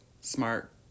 smart